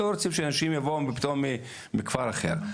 ולא רוצים שאנשים יבואו פתאום מכפר אחר.